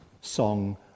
song